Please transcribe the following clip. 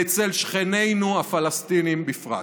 ואצל שכנינו הפלסטינים בפרט.